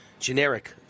Generic